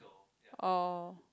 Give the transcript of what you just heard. oh